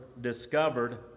discovered